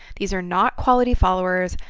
these are not quality followers.